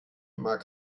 mag